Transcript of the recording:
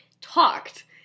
talked